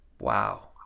wow